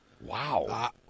Wow